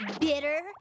Bitter